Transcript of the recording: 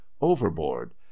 overboard